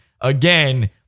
Again